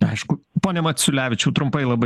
aišku pone maciulevičiau trumpai labai